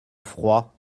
froid